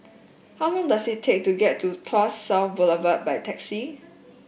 how long does it take to get to Tuas South Boulevard by taxi